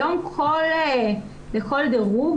היום לכל דירוג,